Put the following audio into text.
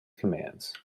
commands